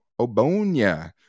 Obonia